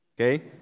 Okay